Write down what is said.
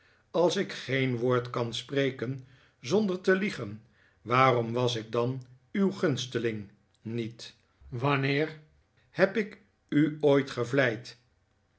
als ik geen woord kan spreken zonder te liegen waarom was ik dan uw gunsteling niet wanneer heb ik u ooit gevleid